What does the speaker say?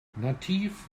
nativ